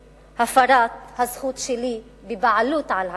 מהפרת הזכות שלי לבעלות על הקרקע.